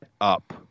up